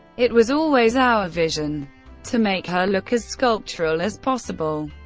it was always our vision to make her look as sculptural as possible.